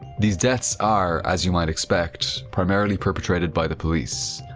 these deaths are, as you might expect, primarily perpetrated by the police.